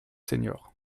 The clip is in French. seniors